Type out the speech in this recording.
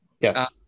yes